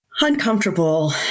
uncomfortable